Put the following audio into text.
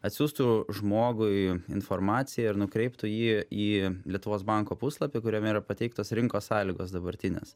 atsiųstų žmogui informaciją ir nukreiptų jį į lietuvos banko puslapį kuriame yra pateiktos rinkos sąlygos dabartinės